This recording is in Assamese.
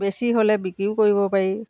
বেছি হ'লে বিক্ৰীও কৰিব পাৰি